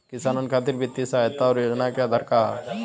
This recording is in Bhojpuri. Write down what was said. किसानन खातिर वित्तीय सहायता और योजना क आधार का ह?